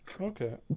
Okay